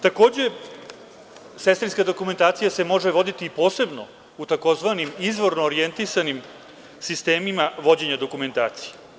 Takođe, sestrinska dokumentacija se može voditi posebno u tzv. izvorno orijentisanim sistemima vođenja dokumentacije.